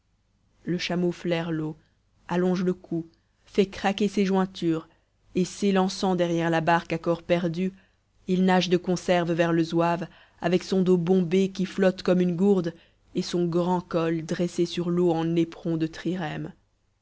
le chameau flaire l'eau allonge le cou fait craquer ses jointures et s'élançant derrière la barque à corps perdu il nage de conserve vers le zouave avec son dos bombé qui flotte comme une gourde et son grand col dressé sur l'eau en éperon de trirème